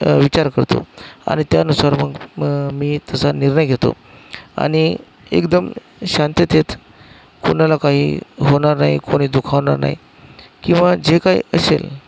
विचार करतो आणि त्यानुसार मग मग मी तसा निर्णय घेतो आणि एकदम शांततेत कोणाला काही होणार नाही कोणी दुखावणार नाही किंवा जे काही असेल